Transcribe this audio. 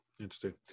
Interesting